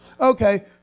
Okay